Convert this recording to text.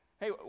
Hey